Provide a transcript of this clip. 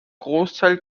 großteil